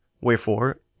wherefore